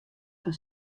fan